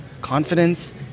confidence